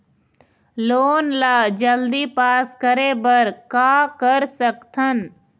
Loan ला जल्दी pass करे बर का कर सकथन?